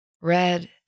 Red